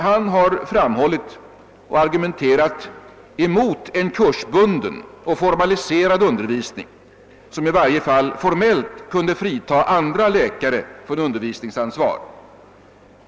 Han har framhållit och argumenterat emot en kursbunden och formaliserad undervisning, som i varje fall formellt kunde fritaga andra läkare från undervisningsansvar.